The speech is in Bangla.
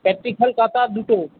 প্র্যাকটিক্যাল খাতা দুটো